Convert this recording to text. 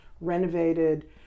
renovated